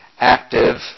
active